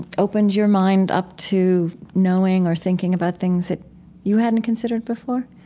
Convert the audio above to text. and opened your mind up to knowing or thinking about things that you hadn't considered before?